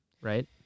right